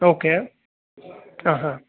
okay ಹಾಂ ಹಾಂ